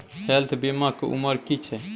Health बीमा के उमर की छै?